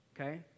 okay